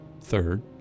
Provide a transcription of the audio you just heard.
Third